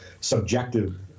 subjective